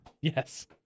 Yes